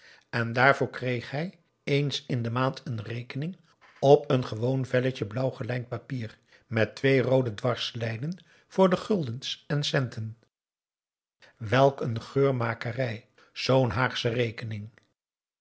en daarvoor kreeg hij eens in de maand een rekening op n gewoon velletje blauw gelijnd papier met twee roode dwarslijnen voor de guldens en de centen welk een geurmakerij zoo'n